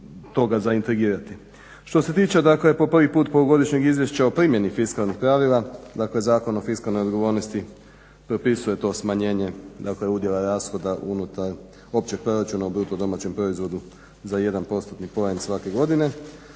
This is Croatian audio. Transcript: Što se tiče dakle po prvi put polugodišnjeg Izvješća o primjeni fiskalnih …, dakle Zakon o fiskalnoj odgovornosti propisuje to smanjenje dakle udjele rashoda unutar općeg proračuna u BDP-u za 1 postotni poen svake godine.